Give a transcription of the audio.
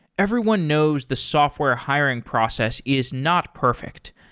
everyone knows the software hiring process is not perfect.